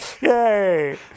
Yay